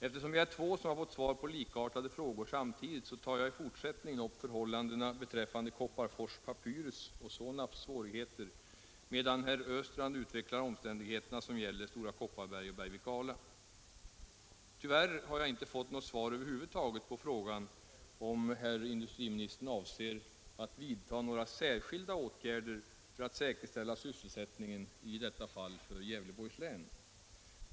Eftersom vi är två som fått svar på likartade frågor samtidigt, tar jag i fortsättningen upp förhållandena beträffande Kopparfors-Papyrus och Sonabs svårigheter, medan herr Östrand utvecklar de omständigheter som gäller Stora Kopparberg och Bergvik och Ala. Tyvärr har jag inte fått något svar över huvud taget på frågan om herr industriministern avser att vidta några särskilda åtgärder för att säkerställa sysselsättningen, i detta fall för Gävleborgs län.